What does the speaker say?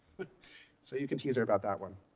but so you can tease her about that one.